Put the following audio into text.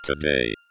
today